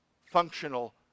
functional